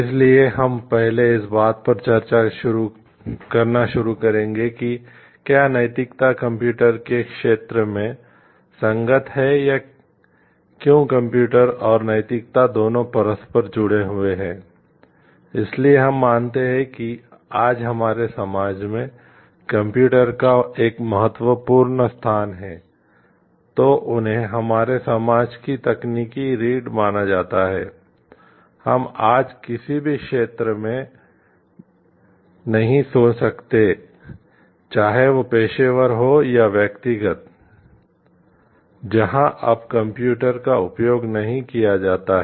इसलिए हम पहले इस बात पर चर्चा करना शुरू करेंगे कि क्यों नैतिकता कंप्यूटर का उपयोग नहीं किया जाता है